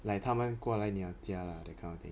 like 他们过来你的家 lah that kind of thing